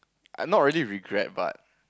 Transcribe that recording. I not really regret but